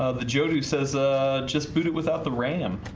ah the jojo says ah just boot it without the ram,